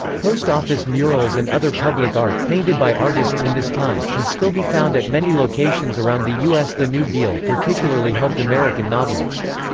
post office murals and other public art, painted by artists in this time, can still be found at many locations around the u s. the new deal particularly helped american novelists.